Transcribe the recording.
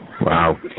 Wow